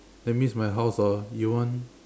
that means my house orh you want